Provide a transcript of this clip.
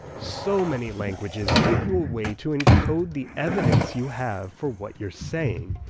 so many languages give you a way to encode the evidence you have for what you're saying.